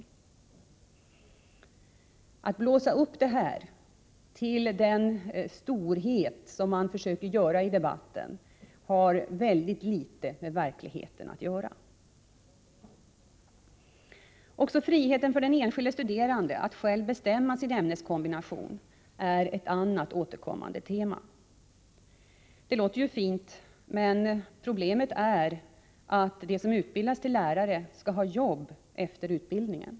När man blåser upp den här skillnaden till den storlek som man försöker göra i debatten, har det väldigt litet med verkligheten att göra. Friheten för den enskilde studerande att själv bestämma sin ämneskombination är ett annat återkommande tema. Det låter ju fint, men problemet är att de som utbildas till lärare skall ha jobb efter utbildningen.